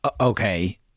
okay